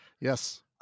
yes